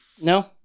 No